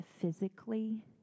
physically